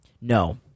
No